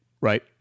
right